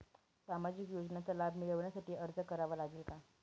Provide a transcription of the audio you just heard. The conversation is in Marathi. सामाजिक योजनांचा लाभ मिळविण्यासाठी अर्ज करावा लागेल का?